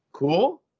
Cool